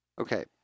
Okay